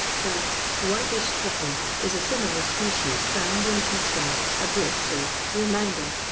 the whitish truffle is a similar species found in tuscany, abruzzo, so romagna,